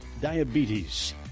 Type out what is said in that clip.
diabetes